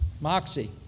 Moxie